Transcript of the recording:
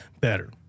better